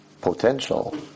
Potential